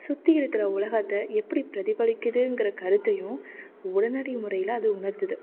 சுற்றி இருக்கிற உலகத்தை எப்படி பிரதிபலிக்கிதுங்கிற கருத்தையும் உடனடி முறையில் அது உணர்த்தது